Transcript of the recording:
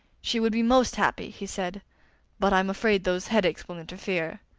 she would be most happy, he said but i am afraid those headaches will interfere.